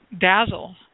dazzle